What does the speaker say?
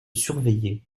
surveillait